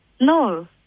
No